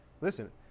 Listen